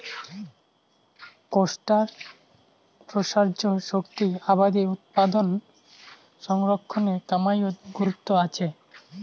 কোষ্টার প্রসার্য শক্তি আবাদি উৎপাদনক সংরক্ষণের কামাইয়ত গুরুত্ব আচে